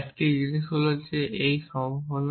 একটি জিনিস হল এই সম্ভাবনা